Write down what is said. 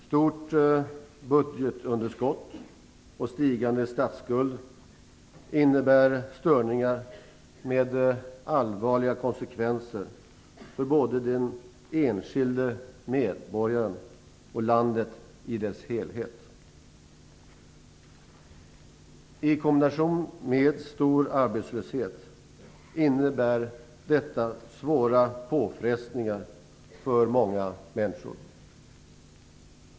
Stort budgetunderskott och stigande statsskuld innebär störningar med allvarliga konsekvenser för både den enskilde medborgaren och landet i dess helhet. I kombination med stor arbetslöshet innebär detta svåra påfrestningar för många människor.